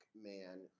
man